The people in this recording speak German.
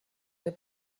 der